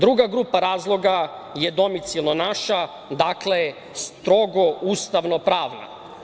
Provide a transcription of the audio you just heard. Druga grupa razloga je domicilno naša, dakle, strogo ustavno-pravna.